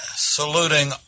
saluting